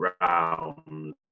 round